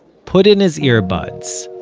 put in his earbuds,